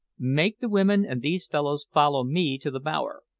make the women and these fellows follow me to the bower.